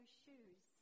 shoes